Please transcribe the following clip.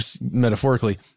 Metaphorically